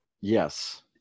Yes